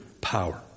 power